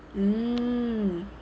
mmhmm